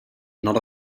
not